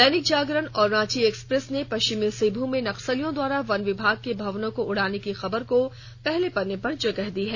दैनिक जागरण और रांची एक्सप्रेस ने पश्चिमी सिंहभूम में नक्सलियों द्वारा वन विभाग के भवनों को उड़ाने की खबर को पहले पन्ने पर जगह दी है